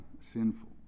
sinful